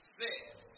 says